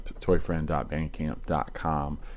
toyfriend.bandcamp.com